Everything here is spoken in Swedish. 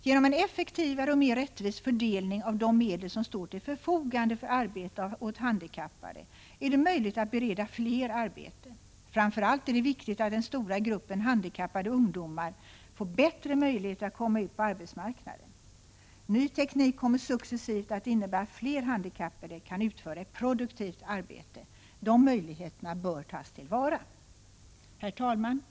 Genom en effektivare och mer rättvis fördelning av de medel som står till förfogande för arbete åt handikappade är det möjligt att bereda fler arbeten. Framför allt är det viktigt att den stora gruppen handikappade ungdomar får bättre möjligheter att komma ut på arbetsmarknaden. Ny teknik kommer successivt att innebära att fler handikappade kan utföra ett produktivt arbete. De möjligheterna bör tas till vara. Herr talman!